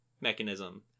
mechanism